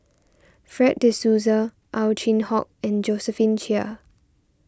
Fred De Souza Ow Chin Hock and Josephine Chia